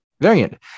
variant